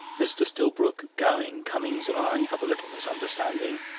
mr. stillbrook, gowing, cummings, and i have a little misunderstanding.